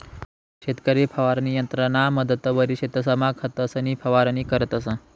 शेतकरी फवारणी यंत्रना मदतवरी शेतसमा खतंसनी फवारणी करतंस